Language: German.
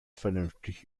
vernünftig